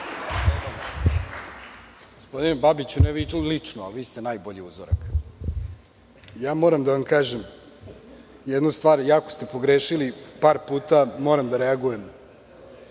Gospodine Babiću, ne vi tu lično, ali vi ste najbolji uzorak. Moram da vam kažem jednu stvar, jako ste pogrešili par puta, moram da reagujem.